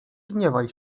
gniewaj